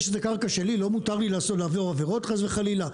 זה שזה קרקע שלי לא מותר לי לעבור עבירות חס וחלילה.